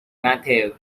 matthew